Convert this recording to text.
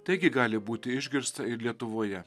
taigi gali būti išgirsta ir lietuvoje